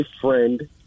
friend